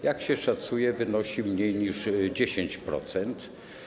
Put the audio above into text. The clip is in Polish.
Jak się szacuje, wynosi mniej niż 10%.